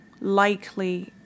likely